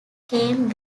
came